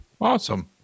Awesome